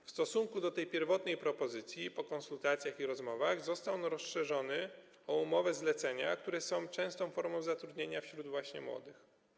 W stosunku do tej pierwotnej propozycji po konsultacjach i rozmowach zostało to rozszerzone o umowy zlecenia, które są częstą formą zatrudnienia wśród młodych.